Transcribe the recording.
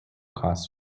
cost